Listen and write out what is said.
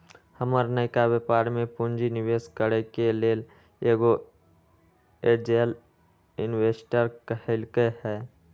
हमर नयका व्यापर में पूंजी निवेश करेके लेल एगो एंजेल इंवेस्टर कहलकै ह